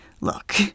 look